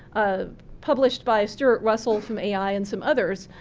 ah published by stuart russell from ai and some others.